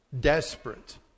Desperate